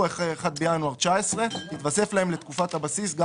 אחרי 1 בינואר 2019 יתווסף לתקופת הבסיס גם